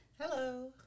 Hello